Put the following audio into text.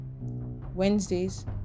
Wednesdays